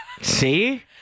See